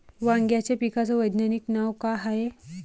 वांग्याच्या पिकाचं वैज्ञानिक नाव का हाये?